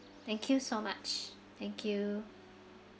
thank you so much thank you